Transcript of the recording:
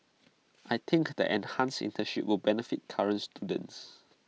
I think the enhanced internships will benefit current students